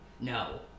no